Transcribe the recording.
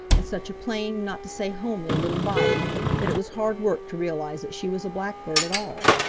and such a plain, not to say homely, little body that it was hard work to realize that she was a blackbird at all.